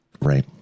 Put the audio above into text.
right